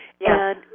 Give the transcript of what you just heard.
Yes